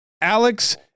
Alex